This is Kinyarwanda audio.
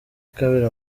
kabiri